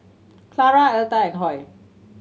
Clara Elta and Hoy